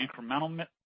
incremental